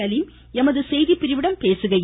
அலீம் எமது செய்திப்பிரிவிடம் பேசுகையில்